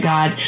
God